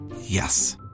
Yes